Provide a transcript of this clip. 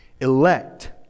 elect